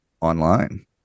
online